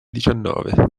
diciannove